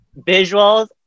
visuals